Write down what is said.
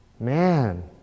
Man